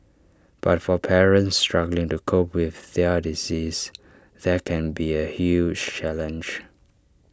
but for parents struggling to cope with their disease that can be A huge challenge